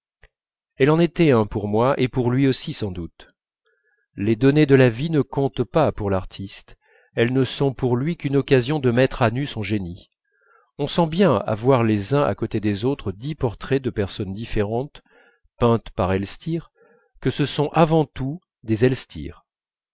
elle en était un pour moi et pour lui aussi sans doute les données de la vie ne comptent pas pour l'artiste elles ne sont pour lui qu'une occasion de mettre à nu son génie on sent bien à voir les uns à côté des autres dix portraits de personnes différentes peintes par elstir que ce sont avant tout des